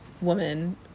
woman